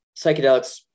psychedelics